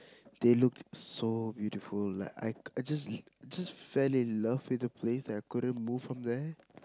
they looked so beautiful like I just I just fell in love with the place and I couldn't from there